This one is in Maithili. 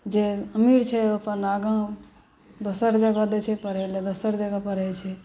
जे अमीर छै ओ अपन आगाँ दोसर जगह दैत छै पढ़य लेल दोसर जगह पढ़ैत छै